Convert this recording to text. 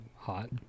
Hot